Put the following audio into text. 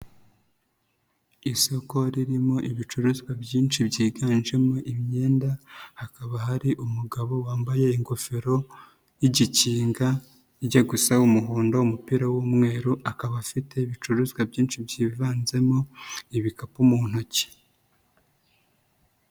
Isoko ririmo ibicuruzwa byinshi byiganjemo imyenda, hakaba hari umugabo wambaye ingofero y'igikinga ijya gusa umuhondo, umupira w'umweru, akaba afite ibicuruzwa byinshi byivanzemo ibikapu mu ntoki.